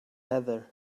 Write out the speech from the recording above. heather